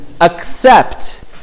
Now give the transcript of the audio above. accept